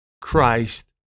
Christ